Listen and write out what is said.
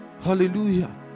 hallelujah